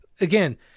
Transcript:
again